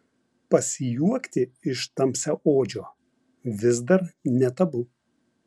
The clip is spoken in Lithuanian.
pasijuokti iš tamsiaodžio vis dar ne tabu